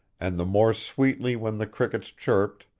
and the more sweetly when the crickets chirped,